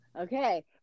Okay